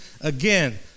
Again